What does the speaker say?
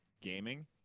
gaming